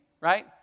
Right